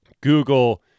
Google